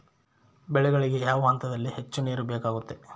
ಬೆಳೆಗಳಿಗೆ ಯಾವ ಹಂತದಲ್ಲಿ ಹೆಚ್ಚು ನೇರು ಬೇಕಾಗುತ್ತದೆ?